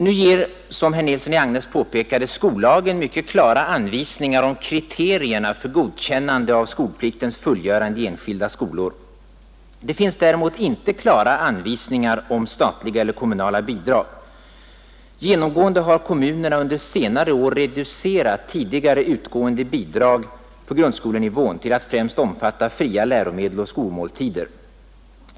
Nu ger, som herr Nilsson i Agnäs påpekade, skollagen mycket klara anvisningar om kriterierna för skolpliktens fullgörande i enskilda skolor. Det finns däremot inte klara anvisningar om statliga eller kommunala bidrag. Genomgående har kommunerna under senare år reducerat tidigare utgående bidrag på grundskolenivån till att främst omfatta fria läromedel och skolmåltider.